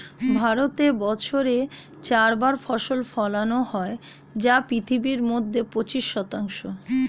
ভারতে বছরে চার বার ফসল ফলানো হয় যা পৃথিবীর মধ্যে পঁচিশ শতাংশ